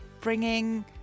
bringing